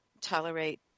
tolerate